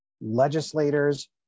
Legislators